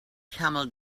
camel